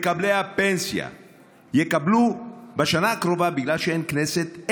בגלל שאין כנסת,